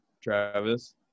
Travis